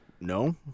No